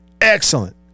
excellent